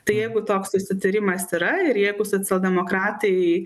tai jeigu toks susitarimas yra ir jeigu socialdemokratai